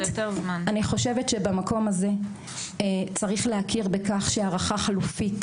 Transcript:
אני חושבת שבמקום הזה צריך להכיר בכך שהערכה חלופית